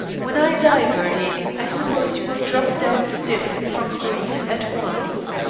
when i die, bertie, i suppose you will drop down stiff from grief at once.